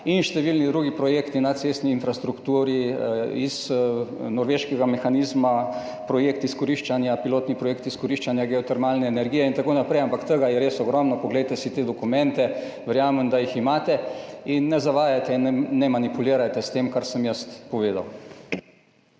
in številni drugi projekti na cestni infrastrukturi iz norveškega mehanizma, pilotni projekt izkoriščanja geotermalne energije in tako naprej, ampak tega je res ogromno. Poglejte si te dokumente, verjamem, da jih imate, in ne zavajajte in ne manipulirajte s tem, kar sem jaz povedal.